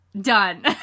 Done